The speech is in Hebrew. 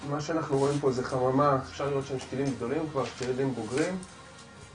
המחוז הדרומי, להכיר לכם מקרוב את האירוע,